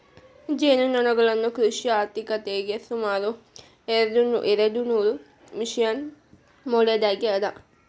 ಜೇನುನೊಣಗಳು ಕೃಷಿ ಆರ್ಥಿಕತೆಗೆ ಸುಮಾರು ಎರ್ಡುನೂರು ಮಿಲಿಯನ್ ಮೌಲ್ಯದ್ದಾಗಿ ಅದ